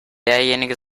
derjenige